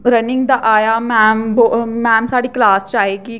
running दा आया ma'am ma'am साढ़ी क्लास च आए कि